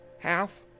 half